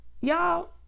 Y'all